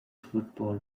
football